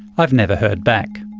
i've never heard back.